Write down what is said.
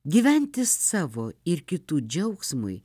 gyventi savo ir kitų džiaugsmui